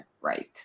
right